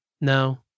no